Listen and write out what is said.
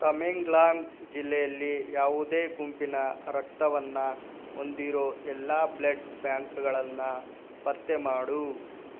ತಮೆಂಗ್ಲಾಂಗ್ ಜಿಲ್ಲೆಯಲ್ಲಿ ಯಾವುದೇ ಗುಂಪಿನ ರಕ್ತವನ್ನ ಹೊಂದಿರೋ ಎಲ್ಲ ಬ್ಲಡ್ ಬ್ಯಾಂಕ್ಗಳನ್ನು ಪತ್ತೆ ಮಾಡು